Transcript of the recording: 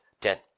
ten